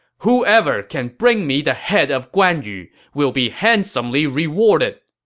whoever can bring me the head of guan yu will be handsomely rewarded!